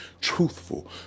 truthful